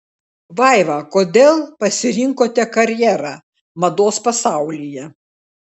vaiva kodėl pasirinkote karjerą mados pasaulyje